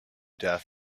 death